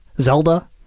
Zelda